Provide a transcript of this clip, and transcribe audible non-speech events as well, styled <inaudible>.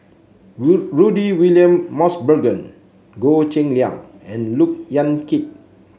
<unintelligible> Rudy William Mosbergen Goh Cheng Liang and Look Yan Kit